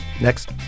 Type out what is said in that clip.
Next